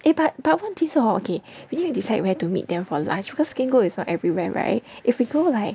eh but but 问题是 hor okay we need to decide where to meet them for lunch because SkinGO is not everywhere right if we go like